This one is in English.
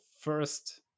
first